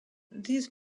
these